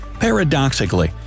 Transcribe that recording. Paradoxically